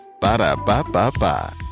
Ba-da-ba-ba-ba